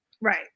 Right